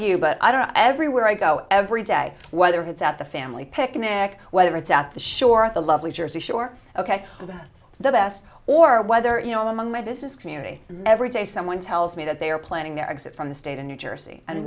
know everywhere i go every day whether it's at the family picnic whether it's at the shore at the lovely jersey shore ok about the best or whether you know among my business community every day someone tells me that they are planning their exit from the state of new jersey and